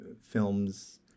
films